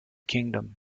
kingdom